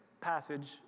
passage